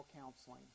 counseling